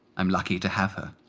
i'm lucky to have her.